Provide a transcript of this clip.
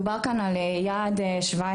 דובר כאן על יעד 17,